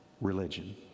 religion